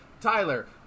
Tyler